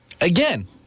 Again